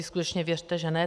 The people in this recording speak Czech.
Skutečně, věřte že ne.